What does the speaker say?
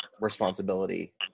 responsibility